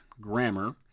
grammar